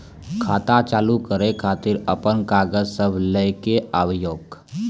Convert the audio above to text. खाता चालू करै खातिर आपन कागज सब लै कऽ आबयोक?